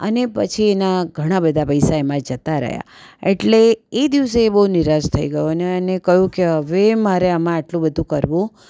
અને પછી એના ઘણા બધા પૈસા એમાં જતા રહ્યા એટલે એ દિવસે એ બહુ નિરાશ થઈ ગયો અને એને કહ્યું કે હવે મારે આમાં આટલું બધું કરવું